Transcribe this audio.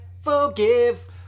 forgive